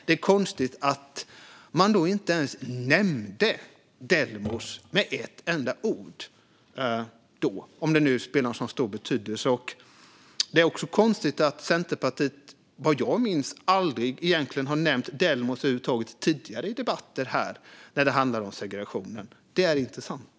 Det är konstigt att man då inte ens nämnde Delmos med ett enda ord, om det nu spelar en så stor roll. Det är också konstigt att Centerpartiet vad jag minns aldrig har nämnt Delmos över huvud taget tidigare i debatter här när det handlat om segregationen. Det är intressant.